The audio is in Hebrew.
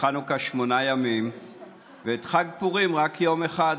חנוכה שמונה ימים ואת חג פורים רק יום אחד?